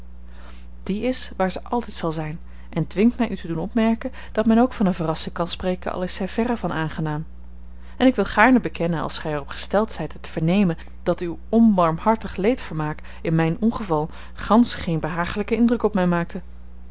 die is waar ze altijd zal zijn en dwingt mij u te doen opmerken dat men ook van eene verrassing kan spreken al is zij verre van aangenaam en ik wil gaarne bekennen als gij er op gesteld zijt het te vernemen dat uw onbarmhartig leedvermaak in mijn ongeval gansch geen behagelijken indruk op mij maakte